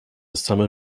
summer